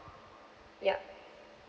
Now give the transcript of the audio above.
yup